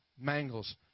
Mangles